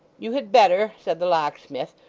you had better said the locksmith,